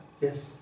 Yes